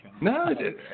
No